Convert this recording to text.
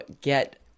get